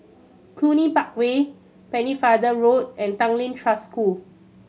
Cluny Park Way Pennefather Road and Tanglin Trust School